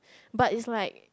but it's like